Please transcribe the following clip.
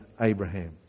Abraham